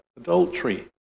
adultery